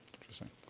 Interesting